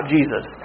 Jesus